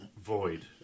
void